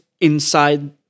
inside